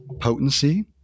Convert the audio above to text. potency